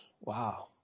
Wow